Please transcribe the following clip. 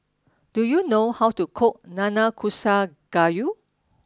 do you know how to cook Nanakusa Gayu